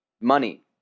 Money